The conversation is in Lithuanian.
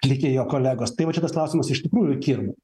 likę jo kolegos tai vat šitas klausimas iš tikrųjų kirba